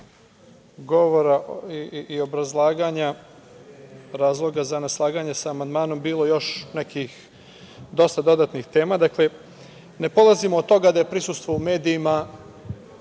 govora i obrazlaganja razloga za neslaganje sa amandmanom bilo još nekih dosta dodatnih tema. Dakle, ne polazimo od toga da je prisustvo u medijima